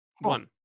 one